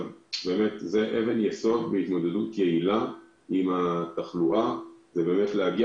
אבן יסוד בהתמודדות עם התחלואה היא להגיע